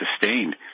sustained